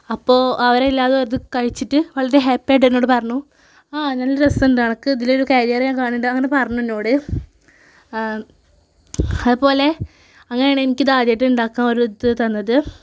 അപ്പോൾ അവരെല്ലാവരും അത് കഴിച്ചിട്ട് വളരെ ഹാപ്പിയായിട്ട് എന്നോട് പറഞ്ഞു ആ നല്ല രസമുണ്ട് നിനക്ക് ഇതിലൊരു കരിയർ ഞാൻ കാണുന്നുണ്ട് എന്ന് അവര് പറഞ്ഞു എന്നോട് അതുപോലെ അങ്ങനെയാണ് എനിക്കിത് ആദ്യമായിട്ട് ഉണ്ടാക്കാൻ ഒരിത് തന്നത്